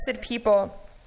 people